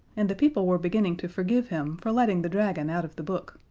and the people were beginning to forgive him for letting the dragon out of the book.